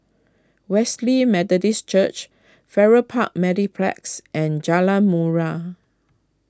Wesley Methodist Church Farrer Park Mediplex and Jalan Murai